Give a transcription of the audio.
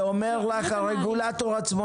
ואומר לך הרגולטור עצמו,